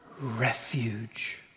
refuge